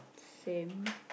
same